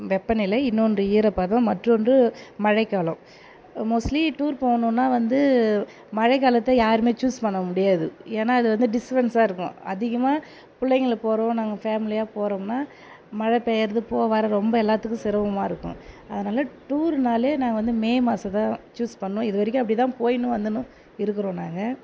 வெப்பநிலை இன்னொன்று ஈரப்பதம் மற்றொன்று மழைக்காலம் மோஸ்ட்லி டூர் போகணுன்னா வந்து மழைக் காலத்தை யாருமே சூஸ் பண்ண முடியாது ஏன்னால் அது வந்து டிஸ்ட்டபன்ஸாக இருக்கும் அதிகமாக புள்ளைங்களும் போகிறோம் நாங்கள் ஃபேமிலியாக போறோம்னால் மழை பெய்யறது போக வர ரொம்ப எல்லாத்துக்கும் சிரமமாக இருக்கும் அதனாலே டூர்னாலே நான் வந்து மே மாதம் தான் சூஸ் பண்ணுவேன் இதுவரைக்கும் அப்படிதான் போயின்னு வந்துன்னு இருக்கிறோம் நாங்கள்